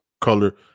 color